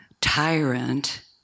tyrant